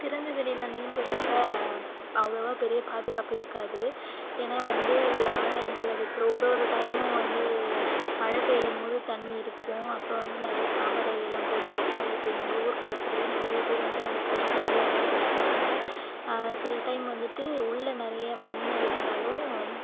திறந்த வெளியில் நீந்துறப்போ அவ்வளோவா பெரிய பாதுகாப்பு இருக்காது ஏனால் வந்து ஆழம் எந்தளவு இருக்குது ஒரு ஒரு டைமும் வந்து மழை பெய்யும்போது தண்ணி இருக்கும் அப்போ வந்து நிறையா தாமரைகளெலாம் பூத்துருக்கும் இப்போ எங்கள் ஊர் குளத்துலையே நிறைய பேர் வந்து அந்த கொடி சுற்றி இறந்து போயிருக்காங்க சில டைம் வந்துவிட்டு உள்ளே நிறைய மண் இருந்தாலும்